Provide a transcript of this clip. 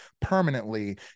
permanently